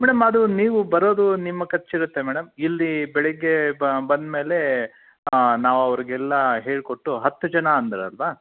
madam ಅದು ನೀವು ಬರೋದು ನಿಮ್ಮ ಖರ್ಚಿರುತ್ತೆ ಮೇಡಮ್ ಇಲ್ಲಿ ಬೆಳಿಗ್ಗೆ ಬಂದಮೇಲೆ ನಾವು ಅವ್ರಿಗೆಲ್ಲ ಹೇಳ್ಕೊಟ್ಟು ಹತ್ತು ಜನ ಅಂದ್ರಲ್ವ